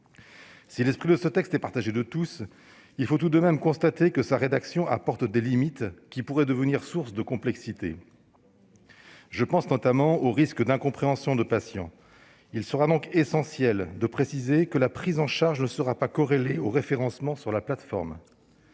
Si l'esprit de ce texte est partagé de tous, il faut tout de même constater que sa rédaction fixe des limites, qui pourraient devenir sources de complexité. J'ai notamment à l'esprit les risques d'incompréhension des patients. Il sera donc essentiel de préciser que la prise en charge ne sera pas corrélée au référencement sur la plateforme.